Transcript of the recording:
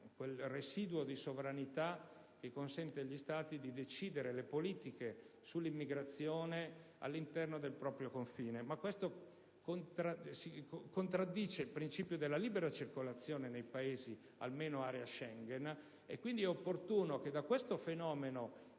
un residuo di sovranità che consente agli Stati di decidere le politiche sull'immigrazione all'interno del proprio confine. Tuttavia, questo contraddice il principio della libera circolazione nei Paesi, almeno di area Schengen, e quindi è opportuno che a partire da questo fenomeno